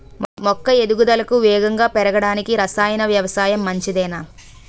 మొక్క ఎదుగుదలకు వేగంగా పెరగడానికి, రసాయన వ్యవసాయం మంచిదేనా?